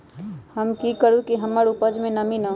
हम की करू की हमार उपज में नमी होए?